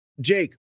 Jake